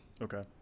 Okay